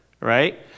right